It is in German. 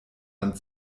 dann